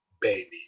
baby